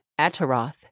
Ataroth